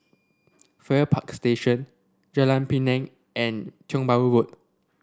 Farrer Park Station Jalan Pinang and Tiong Bahru Road